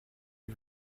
est